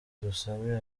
dusabe